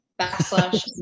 backslash